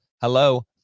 Hello